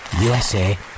USA